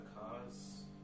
cause